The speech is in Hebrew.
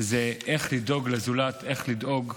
זה איך לדאוג לזולת, איך לדאוג,